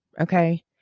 Okay